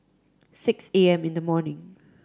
six A M in the morning